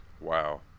Wow